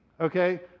okay